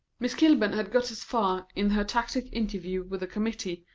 miss kilburn had got as far, in her tacit interview with the committee,